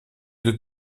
deux